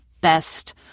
best